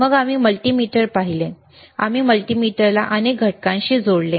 मग आम्ही मल्टीमीटर पाहिले आम्ही मल्टीमीटरला अनेक घटकांशी जोडले